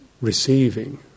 receiving